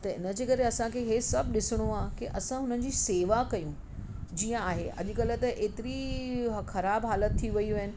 त हिनजे करे असांखे इहो सभु ॾिसणो आहे की असां हुननि जी सेवा कयूं जीअं आहे अॼुकल्ह त ऐतिरी ख़राबु हालति थी वेयूं आहिनि के